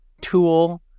tool